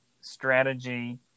strategy